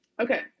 Okay